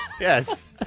Yes